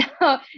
no